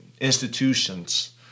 institutions—